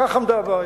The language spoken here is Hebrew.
כך עמדה הבעיה.